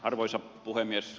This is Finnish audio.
arvoisa puhemies